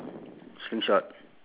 tom